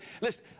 Listen